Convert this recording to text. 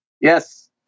Yes